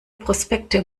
prospekte